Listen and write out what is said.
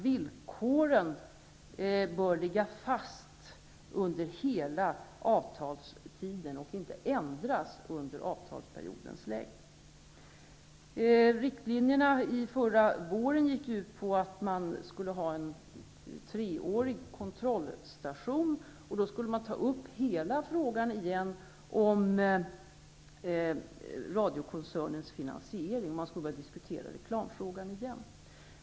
Villkoren bör ligga fast under hela avtalstiden, dvs. inte ändras avtalsperiodens längd. I de riktlinjer som fastlades förra våren sades att det skulle finnas en kontrollstation efter tre år, då man återigen skulle ta upp hela frågan om Sveriges Radio-koncernens finansiering och även diskutera reklamfrågan.